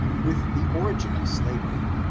with the origin of slavery,